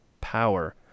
power